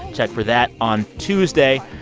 check for that on tuesday.